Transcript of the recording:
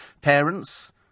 parents